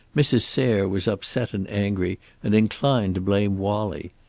mrs. sayre was upset and angry and inclined to blame wallie.